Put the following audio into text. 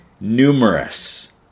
numerous